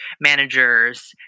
managers